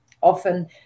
Often